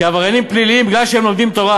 כעבריינים פליליים בגלל שהם לומדים תורה?